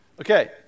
Okay